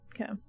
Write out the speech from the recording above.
Okay